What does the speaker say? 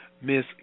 Miss